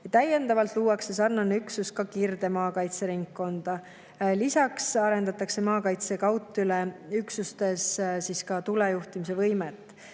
Täiendavalt luuakse sarnane üksus ka Kirde maakaitseringkonda. Lisaks arendatakse maakaitse kaudtuleüksustes tule juhtimise võimet,